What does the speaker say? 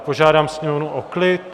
Požádám sněmovnu o klid!